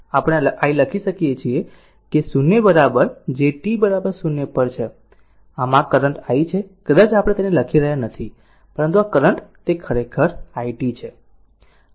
આમ capital i પ્રત્યય 0 છે અથવા આપણે i લખી શકીએ છીએ કે 0 જે t 0 પર છે આ કરંટ i છે કદાચ આપણે તેને લખી રહ્યાં નથી પરંતુ આ કરંટ તે ખરેખર it છે